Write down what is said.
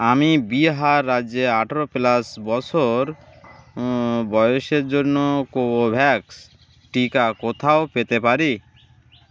আমি বিহার রাজ্যে আঠেরো প্লাস বছর বয়সের জন্য কোভোভ্যাক্স টিকা কোথাও পেতে পারি